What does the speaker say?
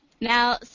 Now